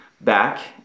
back